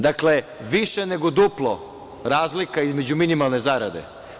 Dakle, više nego duplo je razlika između minimalne zarade.